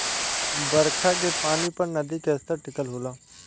बरखा के पानी पर नदी के स्तर टिकल होला